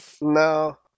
No